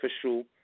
Official